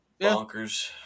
Bonkers